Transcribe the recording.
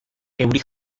euri